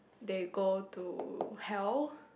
they go to hell